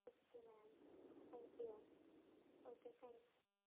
okay ma'am thank you okay thanks